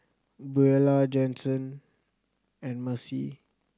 Buelah Jasen and Marcie